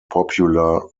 popular